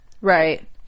Right